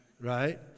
Right